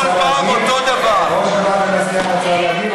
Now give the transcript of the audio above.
לסיכום דבריי,